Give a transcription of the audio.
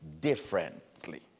differently